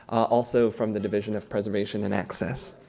also from the division of preservation and access.